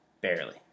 Barely